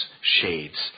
shades